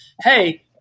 Hey